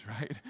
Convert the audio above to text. right